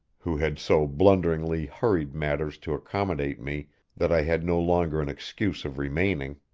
who had so blunderingly hurried matters to accommodate me that i had no longer an excuse of remaining.